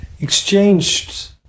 exchanged